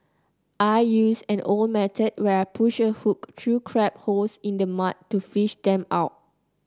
I use an old method where I push a hook through crab holes in the mud to fish them out